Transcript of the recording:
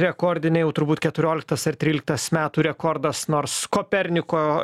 rekordinė jau turbūt keturioliktas ar tryliktas metų rekordas nors koperniko